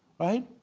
right?